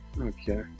Okay